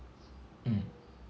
mm